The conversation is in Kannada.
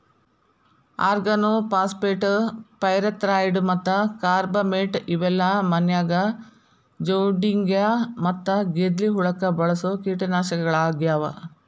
ಆರ್ಗನೋಫಾಸ್ಫೇಟ್, ಪೈರೆಥ್ರಾಯ್ಡ್ ಮತ್ತ ಕಾರ್ಬಮೇಟ್ ಇವೆಲ್ಲ ಮನ್ಯಾಗ ಜೊಂಡಿಗ್ಯಾ ಮತ್ತ ಗೆದ್ಲಿ ಹುಳಕ್ಕ ಬಳಸೋ ಕೇಟನಾಶಕಗಳಾಗ್ಯಾವ